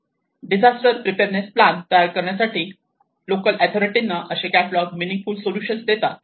disaster preparedness plan तयार करण्यासाठी local अथोरिटीना असे कॅटलॉग मिनिंगफुल सोल्युशन देतात